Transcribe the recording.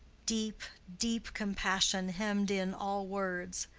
deep, deep compassion hemmed in all words.